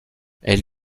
elle